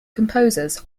composers